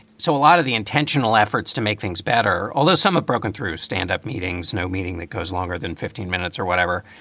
so a lot of the intentional efforts to make things better, although some have ah broken through stand up meetings, no meaning that goes longer than fifteen minutes or whatever,